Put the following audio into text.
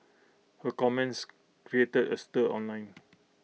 her comments created A stir online